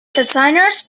designers